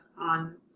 on